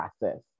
process